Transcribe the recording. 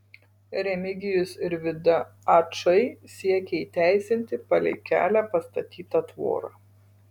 remigijus ir vida ačai siekia įteisinti palei kelią pastatytą tvorą